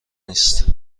نیست